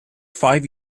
five